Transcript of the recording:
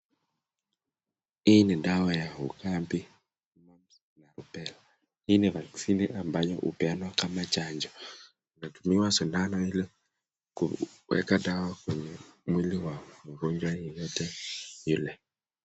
Hii ni dawa ya ukambi, mumps na rubela, hii ni vaccine ambayo hupeanwa kama chanjo, inatumiwa sindano hilo kuweka dawa kwenye mwili wa mgonjwa yeyote yule,